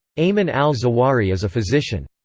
ayman al-zawahiri is a physician.